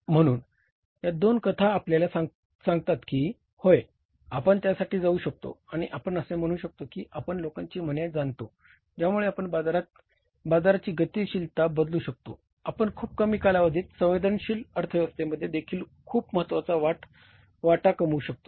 म्हणून या दोन कथा आपल्याला सांगतात की होय आपण त्यासाठी जाऊ शकतो आणि आपण असे म्हणू शकतो की आपण लोकांची मने जाणतो ज्यामुळे आपण बाजाराची गतिशीलता बदलू शकतो आपण खूप कमी कालावधीत संवेदनशील अर्थव्यवस्थेमध्ये देखील खूप महत्वाचा वाट कमवू शकतो